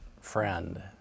friend